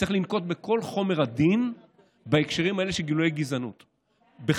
שצריך לפעול בכל חומר הדין בהקשרים האלה של גילויי גזענות בכלל.